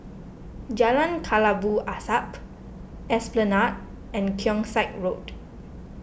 Jalan Kelabu Asap Esplanade and Keong Saik Road